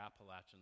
Appalachian